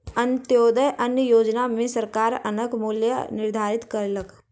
अन्त्योदय अन्न योजना में सरकार अन्नक मूल्य निर्धारित कयलक